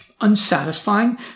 unsatisfying